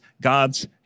God's